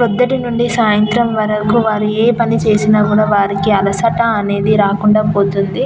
పొద్దుటి నుండి సాయంత్రం వరకు వారు ఏ పని చేసినా కూడా వారికి అలసట అనేది రాకుండా పోతుంది